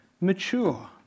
mature